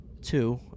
two